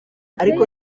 ariko